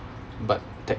but that